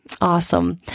awesome